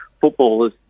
footballers